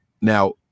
Now